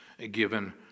given